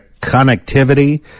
connectivity